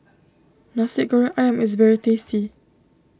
Nasi Goreng Ayam is very tasty